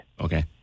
Okay